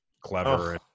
clever